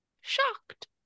Shocked